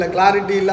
Clarity